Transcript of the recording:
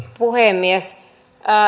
puhemies